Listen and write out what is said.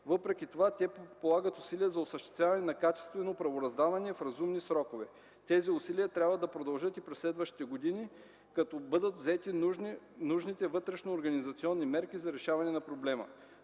Въпреки това те полагат усилия за осъществяване на качествено правораздаване в разумни срокове. Тези усилия трябва да продължат и през следващите години, като бъдат взети нужните вътрешноорганизационни мерки за решаване на проблема.